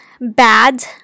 bad